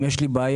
אם יש לי בעיה